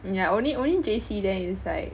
yeah only only J_C then is like